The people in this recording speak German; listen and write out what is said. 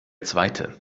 zweite